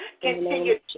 continue